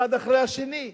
אחד אחרי השני.